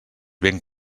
ben